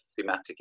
thematic